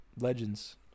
Legends